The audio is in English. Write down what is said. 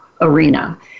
arena